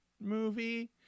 movie